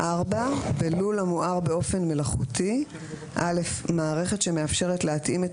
בלול המואר באופן מלאכותי - מערכת שמאפשרת להתאים את